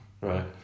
Right